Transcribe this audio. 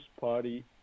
Party